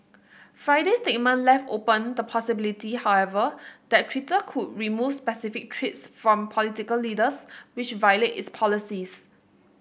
Friday's statement left open the possibility however that Twitter could remove specific tweets from political leaders which violate its policies